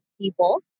people